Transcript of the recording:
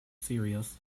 serious